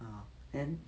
um then